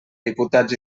diputats